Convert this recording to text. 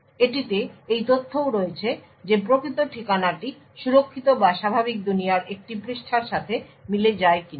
এটিতে এই তথ্যও রয়েছে যে প্রকৃত ঠিকানাটি সুরক্ষিত বা স্বাভাবিক দুনিয়ার একটি পৃষ্ঠার সাথে মিলে যায় কিনা